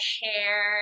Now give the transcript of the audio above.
hair